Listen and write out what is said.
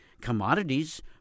commodities